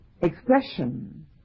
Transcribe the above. expression